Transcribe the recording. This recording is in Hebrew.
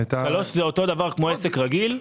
(3) זה אותו דבר כמו עסק רגיל,